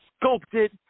sculpted